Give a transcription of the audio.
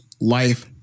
life